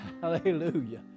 Hallelujah